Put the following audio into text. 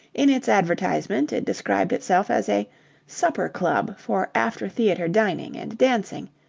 in its advertisement, it described itself as a supper-club for after-theatre dining and dancing,